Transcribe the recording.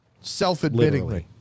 Self-admittingly